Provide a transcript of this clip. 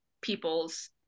people's